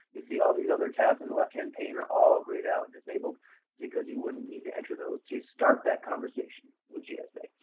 you see all these other tabs in the left hand pane are all grayed out, disabled, it's because you wouldn't need to enter those to start that conversation with gsa.